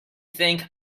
think